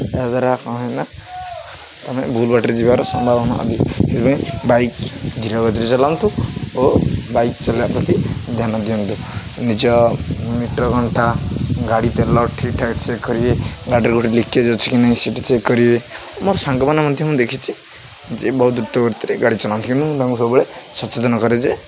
ଏହା ଦ୍ୱାରା କ'ଣ ହୁଏନା ତୁମେ ଭୁଲ୍ ବାଟରେ ଯିବାର ସମ୍ଭାବନା ଅଧିକ ସେଥିପାଇଁ ବାଇକ୍ ଧୀରେ ଗତିରେ ଚଲାନ୍ତୁ ଓ ବାଇକ୍ ଚଲାଇବା ପ୍ରତି ଧ୍ୟାନ ଦିଅନ୍ତୁ ନିଜ ମିଟର୍ କଣ୍ଟା ଗାଡ଼ି ତେଲ ଠିକ୍ ଠାକ୍ ଚେକ୍ କରିବେ ଗାଡ଼ିର କେଉଁଠି ଲିକେଜ୍ ଅଛି କି ନାହିଁ ସେଇଟା ଚେକ୍ କରିବେ ମୋର ସାଙ୍ଗମାନେ ମଧ୍ୟ ମୁଁ ଦେଖିଛି ଯେ ବହୁତ ଦ୍ରୁତ ଗତିରେ ଗାଡ଼ି ଚଲାନ୍ତି କି ମୁଁ ତାଙ୍କୁ ସବୁବେଳେ ସଚେତନ କରେ ଯେ